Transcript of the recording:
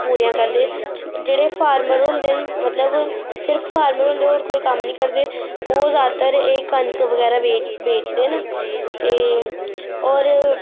पूरियां करदे जेह्ड़े फार्मर होंदे न मतलब सिर्फ फार्मर होंदे और कोई कम्म नी करदे ओह् ज्यादातर एह् कनक बगैर बेच बेचदे न ते और